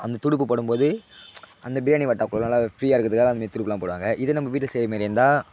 அந்த துடுப்பு போடும் போது அந்த பிரியாணி வட்டா குள்ளலாம் ஃப்ரீயாக இருக்கிறதுக்காக அந்த மாரி துடுப்புலாம் போடுவாங்க இதே நம்ம வீட்டில் செய்கிற மாரியா இருந்தால்